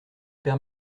père